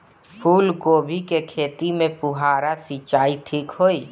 फूल गोभी के खेती में फुहारा सिंचाई ठीक होई?